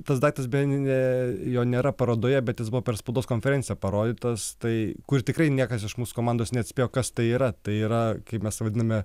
tas daiktas bene jo nėra parodoje bet jis buvo per spaudos konferenciją parodytas tai kur tikrai niekas iš mūsų komandos neatspėjo kas tai yra tai yra kaip mes vadiname